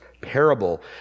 parable